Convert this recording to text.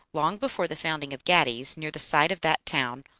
long before the founding of gades, near the site of that town,